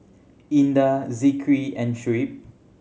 Indah Zikri and Shuib